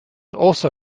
also